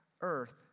earth